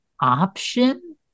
option